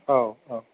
औ